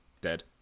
dead